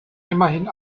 immerhin